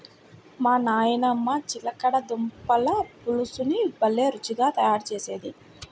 మా నాయనమ్మ చిలకడ దుంపల పులుసుని భలే రుచిగా తయారు చేసేది